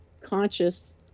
conscious